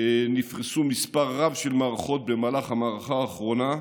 נפרס מספר רב של מערכות במהלך המערכה האחרונה,